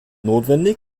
notwendig